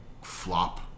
flop